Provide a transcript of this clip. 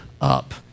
up